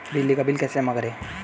बिजली का बिल कैसे जमा करें?